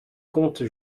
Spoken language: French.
compte